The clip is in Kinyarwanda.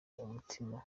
umutima